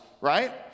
right